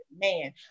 man